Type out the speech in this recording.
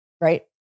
Right